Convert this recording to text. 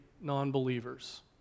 non-believers